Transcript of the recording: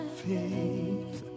faith